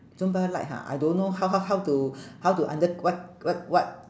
zumba light ha I don't know how how how to how to under what what what